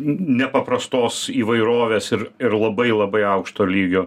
nepaprastos įvairovės ir ir labai labai aukšto lygio